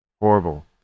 horrible